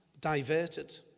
diverted